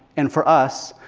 and for us,